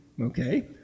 okay